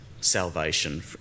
salvation